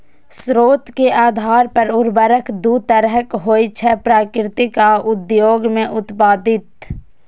स्रोत के आधार पर उर्वरक दू तरहक होइ छै, प्राकृतिक आ उद्योग मे उत्पादित